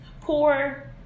Poor